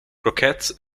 croquettes